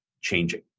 changing